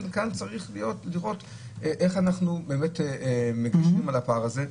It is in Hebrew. צריך לראות איך אנחנו מגשרים על הפער הזה.